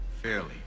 fairly